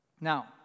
Now